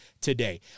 today